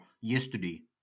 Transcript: yesterday